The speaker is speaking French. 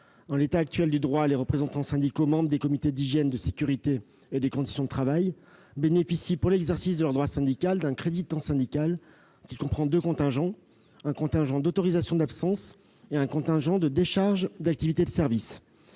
En l'état actuel du droit, les représentants syndicaux membres des comités d'hygiène, de sécurité et des conditions de travail bénéficient pour l'exercice de leur droit syndical d'un crédit de temps syndical comprenant deux contingents : un contingent d'autorisations d'absence et un contingent de décharges d'activité de service.